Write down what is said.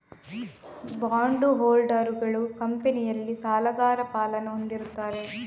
bond ಹೋಲ್ಡರುಗಳು ಕಂಪನಿಯಲ್ಲಿ ಸಾಲಗಾರ ಪಾಲನ್ನು ಹೊಂದಿರುತ್ತಾರೆ